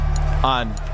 on